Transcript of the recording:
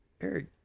Eric